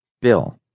Bill